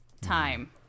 time